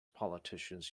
politicians